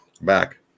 Back